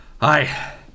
Hi